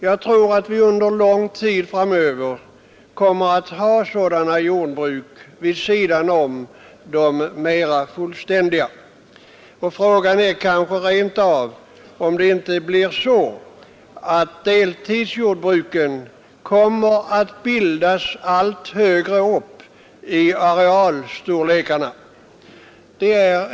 Jag tror att vi under lång tid framöver kommer att ha sådana jordbruk vid sidan av de mera fullständiga. Frågan är kanske rent av om det inte blir så, att deltidsjordbruken kommer att bildas allt högre upp i arealstorlekarna.